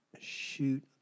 shoot